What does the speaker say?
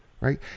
right